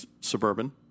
Suburban